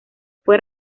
fue